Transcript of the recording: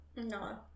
No